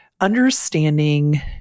understanding